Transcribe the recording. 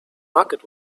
market